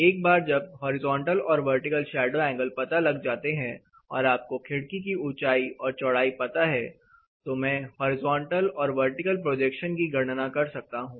एक बार जब हॉरिजॉन्टल और वर्टिकल शैडो एंगल पता लग जाते हैं और आपको खिड़की की ऊंचाई और चौड़ाई पता है तो मैं हॉरिजॉन्टल और वर्टिकल प्रोजेक्शन की गणना कर सकता हूं